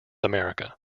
america